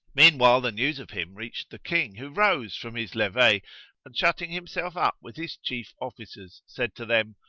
meanwhile the news of him reached the king, who rose from his levee and, shutting himself up with his chief officers, said to them,